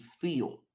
feel